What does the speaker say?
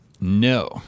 No